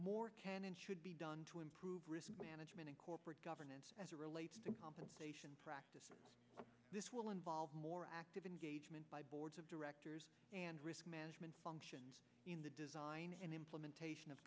more can and should be done to improve risk management in corporate governance as it relates to compensation practices this will involve more active engagement by boards of directors and risk management functions in the design and implementation of